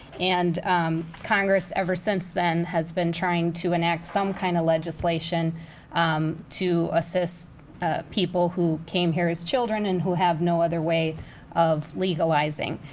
and congress ever since then has been trying to enact some kind of legislation to assist ah people who came here as children and who have no other way of legalizing.